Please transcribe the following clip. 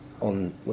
on